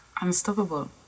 unstoppable